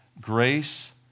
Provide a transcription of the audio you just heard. Grace